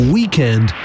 Weekend